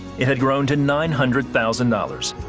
it had grown to nine hundred thousand dollars.